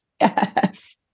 Yes